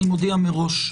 אני מודיע מראש,